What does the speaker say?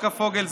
צביקה פוגל,